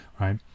right